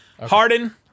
Harden